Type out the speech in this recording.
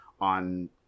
on